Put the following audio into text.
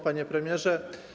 Panie Premierze!